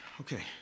okay